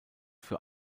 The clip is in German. für